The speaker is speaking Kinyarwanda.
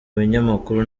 binyamakuru